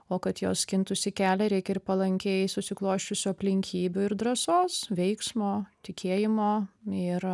o kad jos skintųsi kelią reikia ir palankiai susiklosčiusių aplinkybių ir drąsos veiksmo tikėjimo ir